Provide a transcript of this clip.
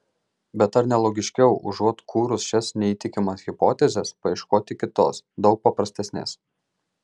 bet ar ne logiškiau užuot kūrus šias neįtikimas hipotezes paieškoti kitos daug paprastesnės